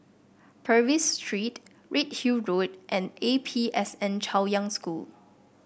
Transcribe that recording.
Purvis Street Redhill Road and A P S N Chaoyang School